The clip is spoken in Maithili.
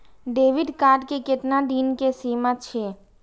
डेबिट कार्ड के केतना दिन के सीमा छै?